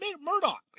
Murdoch